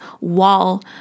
wall